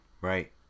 right